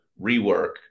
rework